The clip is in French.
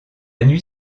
nuit